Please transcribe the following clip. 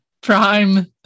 prime